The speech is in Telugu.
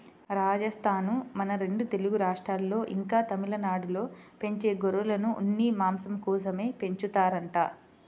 రాజస్థానూ, మన రెండు తెలుగు రాష్ట్రాల్లో, ఇంకా తమిళనాడులో పెంచే గొర్రెలను ఉన్ని, మాంసం కోసమే పెంచుతారంట